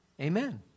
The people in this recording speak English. Amen